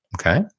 Okay